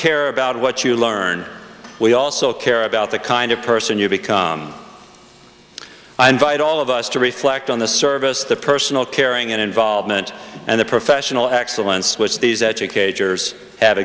care about what you learn we also care about the kind of person you become i invite all of us to reflect on the service the personal caring and involvement and the professional excellence which these educators have